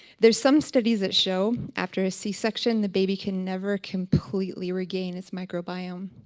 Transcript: there are some studies that show after a c-section, the baby can never completely regain his microbiome.